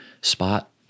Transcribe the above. spot